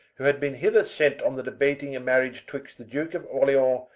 who had beene hither sent on the debating and marriage twixt the duke of orleance,